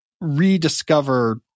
rediscover